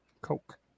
Coke